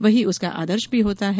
वही उसका आदर्श भी होता है